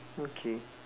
okay